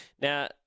Now